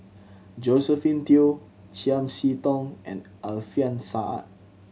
Josephine Teo Chiam See Tong and Alfian Sa'at